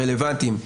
רלוונטיים,